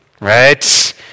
Right